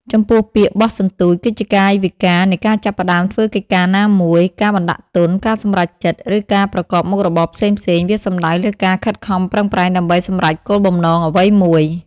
ចំពោះពាក្យ បោះសន្ទូច គឺជាកាយវិការនៃការចាប់ផ្តើមធ្វើកិច្ចការណាមួយ ការបណ្ដាក់ទុន ការសម្រេចចិត្ត ឬការប្រកបមុខរបរផ្សេងៗ វាសំដៅលើការខិតខំប្រឹងប្រែងដើម្បីសម្រេចគោលបំណងអ្វីមួយ។